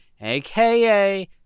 aka